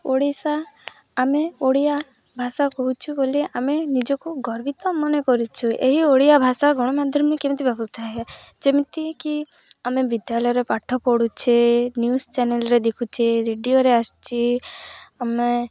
ଓଡ଼ିଶା ଆମେ ଓଡ଼ିଆ ଭାଷା କହୁଛୁ ବୋଲି ଆମେ ନିଜକୁ ଗର୍ବିତ ମନେ କରିଛୁ ଏହି ଓଡ଼ିଆ ଭାଷା ଗଣମାଧ୍ୟମରେ କେମିତି ବ୍ୟବହୃତ ହୁଅ ଯେମିତିକି ଆମେ ବିଦ୍ୟାଳୟରେ ପାଠ ପଢ଼ୁଛେ ନ୍ୟୁଜ୍ ଚ୍ୟାନେଲ୍ରେ ଦେଖୁଛେ ରେଡ଼ିଓରେ ଆସୁଛି ଆମେ